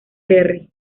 perry